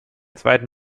zweiten